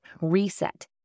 reset